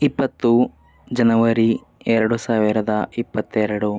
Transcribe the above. ಇಪ್ಪತ್ತು ಜನವರಿ ಎರಡು ಸಾವಿರದ ಇಪ್ಪತ್ತೆರಡು